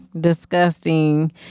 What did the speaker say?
disgusting